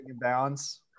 balance